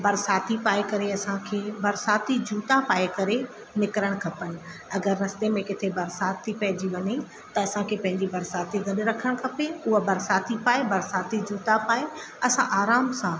बरसाती पाए करे असांखे बरसाती जूता पाए करे निकिरणु खपनि अगरि रस्ते में किथे बरसात थी पइजी वञे त असांखे पंहिंजी बरसाती गॾु रखणु खपे उअ बरसाती पाए बरसाती जूता पाए असां आराम सां